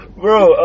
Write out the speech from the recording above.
Bro